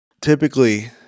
typically